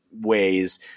ways